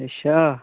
अच्छा